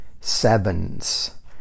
sevens